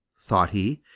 thought he,